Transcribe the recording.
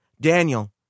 Daniel